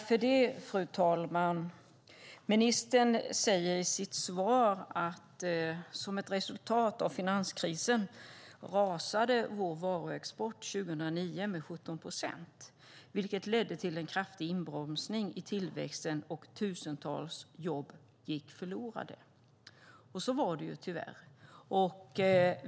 Fru talman! Ministern säger i sitt svar att vår varuexport rasade med 17 procent 2009, som ett resultat av finanskrisen. Det ledde till en kraftig inbromsning i tillväxten och till att tusentals jobb gick förlorade. Så var det tyvärr.